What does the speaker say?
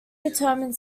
determine